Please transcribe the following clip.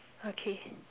okay